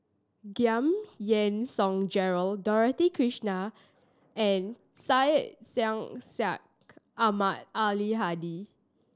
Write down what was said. Giam Yean Song Gerald Dorothy Krishnan and Syed Sheikh Syed Ahmad Al Hadi